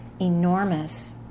enormous